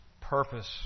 purpose